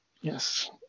Yes